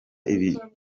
ibikomere